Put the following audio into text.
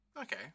Okay